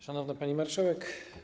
Szanowna Pani Marszałek!